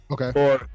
Okay